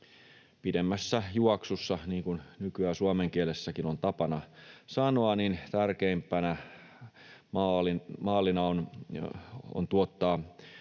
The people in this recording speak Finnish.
Pidemmässä juoksussa, niin kuin nykyään suomen kielessäkin on tapana sanoa, tärkeimpänä maalina on tuottaa